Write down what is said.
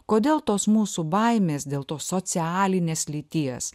kodėl tos mūsų baimės dėl tos socialinės lyties